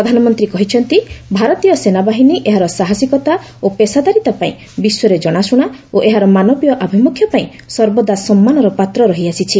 ପ୍ରଧାନମନ୍ତ୍ରୀ କହିଛନ୍ତି ଭାରତୀୟ ସେନାବାହିନୀ ଏହାର ସାହସିକତା ଓ ପେଶାଦାରିତା ପାଇଁ ବିଶ୍ୱରେ ଜଣାଶୁଣା ଓ ଏହାର ମାନବୀୟ ଆଭିମୁଖ୍ୟ ପାଇଁ ସର୍ବଦା ସମ୍ମାନର ପାତ୍ର ରହିଆସିଛି